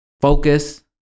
focus